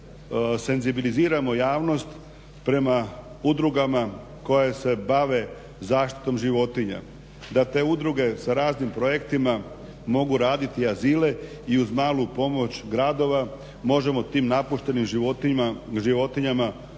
senzibiliziramo javnost prema udrugama koje se bave zaštitom životinja. Da te udruge sa raznim projektima mogu raditi azile i uz malu pomoć gradova možemo tim napuštenim životinjama osigurati